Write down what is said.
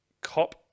cop